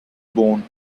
bone